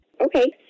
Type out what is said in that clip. Okay